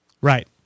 Right